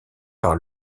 par